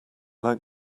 like